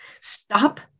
stop